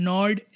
Nord